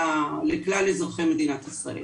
לכלל אזרחי מדינת ישראל.